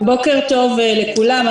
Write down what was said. טוב לכולם.